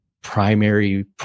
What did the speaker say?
primary